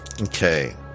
Okay